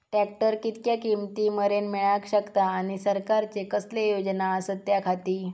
Tractor कितक्या किमती मरेन मेळाक शकता आनी सरकारचे कसले योजना आसत त्याच्याखाती?